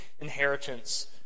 inheritance